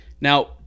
now